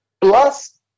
plus